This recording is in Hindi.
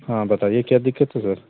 हाँ बताइए क्या दिक्कत है सर